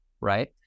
right